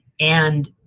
and